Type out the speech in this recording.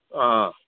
ꯑꯥ